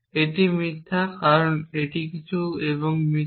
এটি মিথ্যা কারণ এটি কিছু এবং মিথ্যা